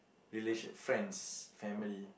relation~ friends family